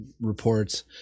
reports